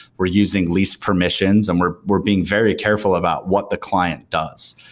we're using lease permissions and we're we're being very careful about what the client does.